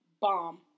bomb